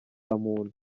muntu